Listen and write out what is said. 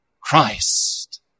Christ